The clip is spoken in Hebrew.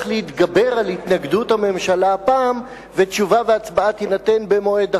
להתגבר על התנגדות הממשלה הפעם ותשובה והצבעה יהיו במועד אחר,